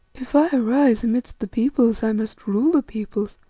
if i arise amidst the peoples, i must rule the peoples,